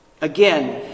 Again